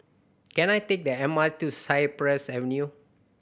can I take the M R T to Cypress Avenue